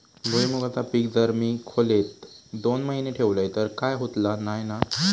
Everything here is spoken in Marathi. भुईमूगाचा पीक जर मी खोलेत दोन महिने ठेवलंय तर काय होतला नाय ना?